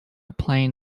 plain